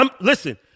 Listen